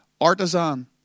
artisan